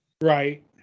Right